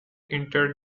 entered